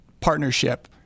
partnership